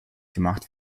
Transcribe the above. gemacht